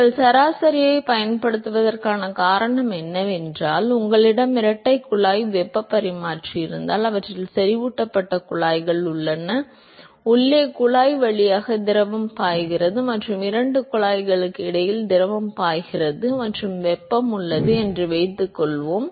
நீங்கள் சராசரியைப் பயன்படுத்துவதற்கான காரணம் என்னவென்றால் உங்களிடம் இரட்டைக் குழாய் வெப்பப் பரிமாற்றி இருந்தால் அவற்றில் செறிவூட்டப்பட்ட குழாய்கள் உள்ளன உள்ளே குழாய் வழியாக திரவம் பாய்கிறது மற்றும் இரண்டு குழாய்களுக்கு இடையில் திரவம் பாய்கிறது மற்றும் வெப்பம் உள்ளது என்று வைத்துக்கொள்வோம்